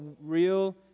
real